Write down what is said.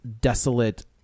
desolate